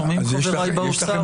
שומעים, חבריי באוצר?